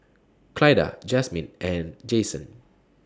Clyda Jasmine and Jayson